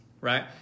Right